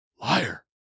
Liar